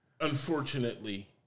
unfortunately